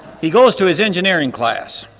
he goes to his engineering class,